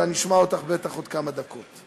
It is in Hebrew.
אבל אני אשמע אותך בטח עוד כמה דקות.